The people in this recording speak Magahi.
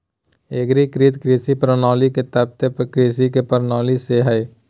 एग्रीकृत कृषि प्रणाली के तात्पर्य कृषि के प्रणाली से हइ